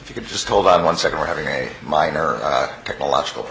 if you could just hold on one second we're having a minor technological